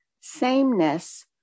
Sameness